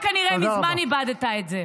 אתה כנראה מזמן איבדת את זה.